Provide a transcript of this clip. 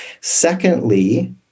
Secondly